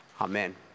Amen